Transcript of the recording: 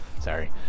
sorry